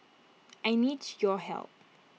I needs your help